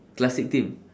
classic theme